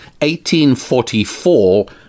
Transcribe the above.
1844